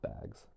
bags